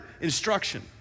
instruction